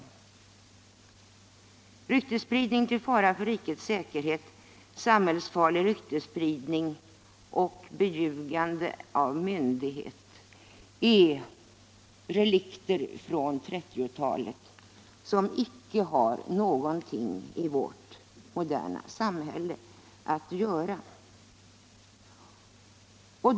Bestämmelserna om ryktesspridning till fara för rikets säkerhet, samhällsfarlig ryktesspridning och beljugande av myndighet är relikter från 1930-talet som icke har någonting i vårt moderna samhälle att göra.